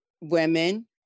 women